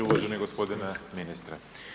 Uvaženi gospodine ministre.